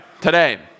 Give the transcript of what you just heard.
today